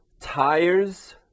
tires